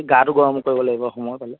গাটো গৰম কৰিব লাগিব সময় পালে